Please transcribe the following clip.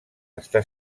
està